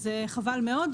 זה חבל מאוד.